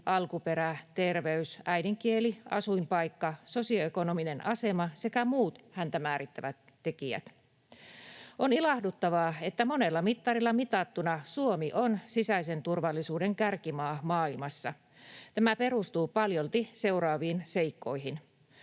alkuperä, terveys, äidinkieli, asuinpaikka, sosioekonominen asema sekä muut häntä määrittävät tekijät. On ilahduttavaa, että monella mittarilla mitattuna Suomi on sisäisen turvallisuuden kärkimaa maailmassa. Tämä perustuu paljolti seuraaviin seikkoihin: